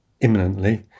imminently